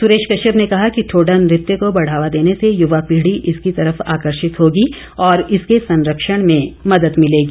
सुरेश कश्यप ने कहा कि ठोडा नृत्य को बढ़ावा देने से युवा पीढ़ी इसकी तरफ आकर्षित होगी और इसके संरक्षण में मदद मिलेगी